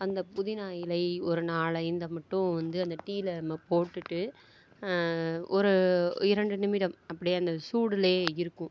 அந்த புதினா இலை ஒரு நாலு ஐந்தை மட்டும் வந்து அந்த டீயில் நம்ம போட்டுவிட்டு ஒரு இரண்டு நிமிடம் அப்படியே அந்த சூட்டுலையே இருக்கும்